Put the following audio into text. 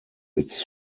its